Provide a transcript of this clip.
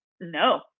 no